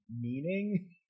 meaning